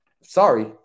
Sorry